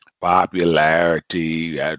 popularity